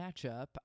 matchup